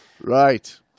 Right